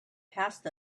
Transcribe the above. passed